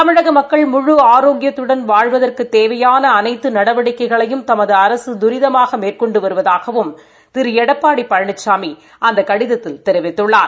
தமிழக மக்கள் முழு ஆரோக்கியத்துடன் வாழ்வதற்கு தேவையான அனைத்து நடவடிக்கைகளையும் தமது அரசு தூரிதமாக மேற்கொண்டு வருவதாகவும் திரு எடப்பாடி பழனிசாமி அந்த கடிதத்தில் தெரிவித்துள்ளார்